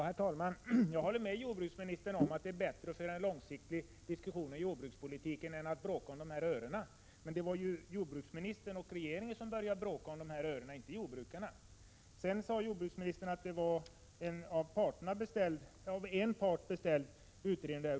Herr talman! Jag håller med jordbruksministern om att det är bättre att föra en långsiktig diskussion om jordbrukspolitiken än att bråka om de här örena, men det var ju jordbruksministern och regeringen som började att bråka om saken, inte jordbrukarna. Sedan sade jordbruksministern att detta var en av en part beställd utredning.